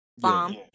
bomb